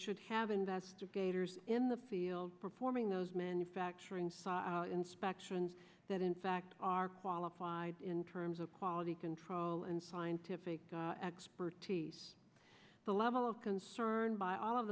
should have investigators in the field performing those manufacturing saw inspections that in fact are qualified in terms of quality control and scientific expertise the level of concern by all of